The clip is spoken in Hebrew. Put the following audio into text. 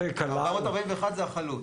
441 זה החלוט.